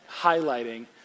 highlighting